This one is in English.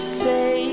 say